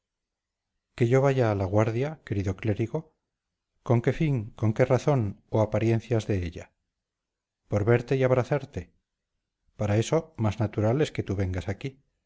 qué yo vaya a la guardia querido clérigo con qué fin con qué razón o apariencias de ella por verte y abrazarte para eso más natural es que tú vengas aquí